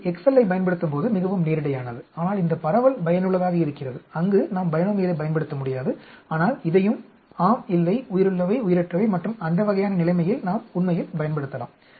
இது எக்செல் ஐப் பயன்படுத்தும்போது மிகவும் நேரிடையானது ஆனால் இந்த பரவல் பயனுள்ளதாக இருக்கிறது அங்கு நாம் பைனோமியலைப் பயன்படுத்த முடியாது ஆனால் இதையும் ஆம் இல்லை உயிருள்ளவை உயிரற்றவை மற்றும் அந்த வகையான நிலைமையில் நாம் உண்மையில் பயன்படுத்தலாம்